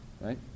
right